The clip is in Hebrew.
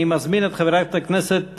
אני מזמין את חברת הכנסת